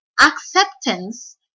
Acceptance